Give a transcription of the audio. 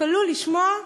תתפלאו לשמוע,